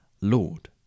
Lord